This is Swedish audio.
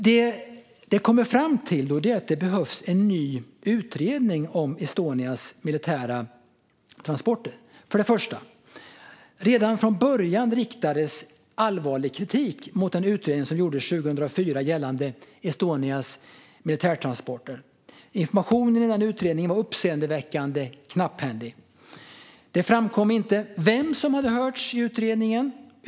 Det jag kommer fram till är att det behövs en ny utredning om Estonias militära transporter. För det första: Redan från början riktades allvarlig kritik mot den utredning som gjordes 2004 gällande Estonias militärtransporter. Informationen i utredningen var uppseendeväckande knapphändig. Det framkom inte vem som hade hörts i utredningen.